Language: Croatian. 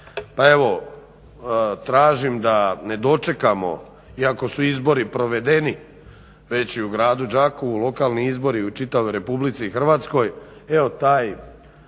pa evo tražim da ne dočekamo iako su izbori provedeni već i u gradu Đakovu lokalni izbori u čitavoj Republici Hrvatskoj, evo taj